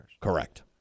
Correct